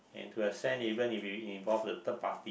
into the stand even if you involve the third party